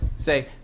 Say